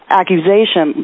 accusation